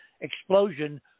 explosion